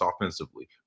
offensively